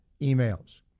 emails